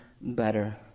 better